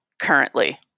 currently